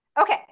okay